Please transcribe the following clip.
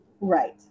Right